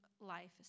life